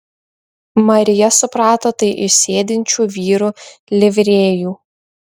marija suprato tai iš sėdinčių vyrų livrėjų